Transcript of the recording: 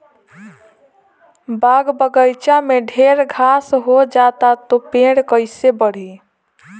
बाग बगइचा में ढेर घास हो जाता तो पेड़ कईसे बढ़ी